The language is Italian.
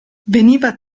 veniva